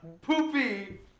poopy